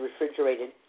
refrigerated